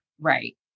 Right